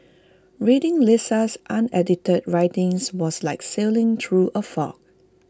reading Lisa's unedited writings was like sailing through A fog